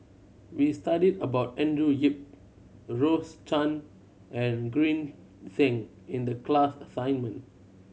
we studied about Andrew Yip Rose Chan and Green Zeng in the class assignment